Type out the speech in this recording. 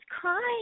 crying